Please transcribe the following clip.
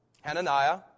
Hananiah